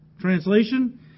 Translation